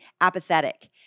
apathetic